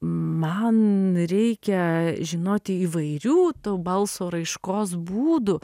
man reikia žinoti įvairių to balso raiškos būdų